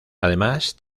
además